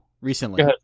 recently